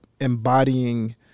embodying